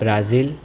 Brazil